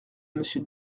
monsieur